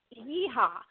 Yeehaw